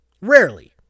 Rarely